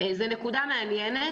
זו נקודה מעניינת,